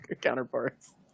counterparts